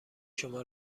شما